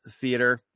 theater